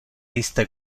iste